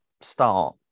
start